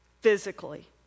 physically